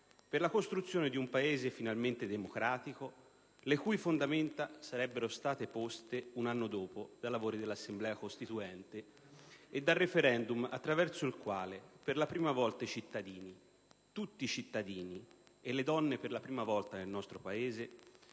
per la costruzione di un Paese finalmente democratico, le cui fondamenta sarebbero state poste un anno dopo dai lavori dell'Assemblea Costituente e dal *referendum* attraverso il quale per la prima volta tutti i cittadini - le donne per la prima volta nel nostro Paese